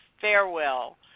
farewell